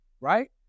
Right